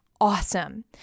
awesome